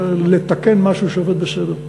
לתקן משהו שעובד בסדר.